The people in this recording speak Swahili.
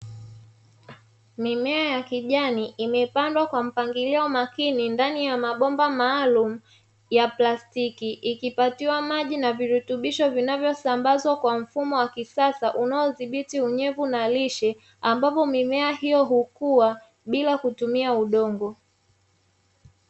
Mimea ya kijani imepandwa kwa mpangilio makini ndani ya mabomba maalumu ya plastiki, ikipatiwa maji na virutubisho vinavyosambazwa kwa mfumo wa kisasa unaodhibiti unyevu na lishe ambapo mimea hiyo hukua bila kutumia udongo.